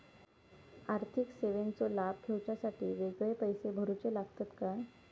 आर्थिक सेवेंचो लाभ घेवच्यासाठी वेगळे पैसे भरुचे लागतत काय?